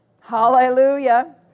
Hallelujah